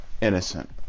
innocent